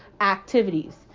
activities